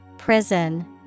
prison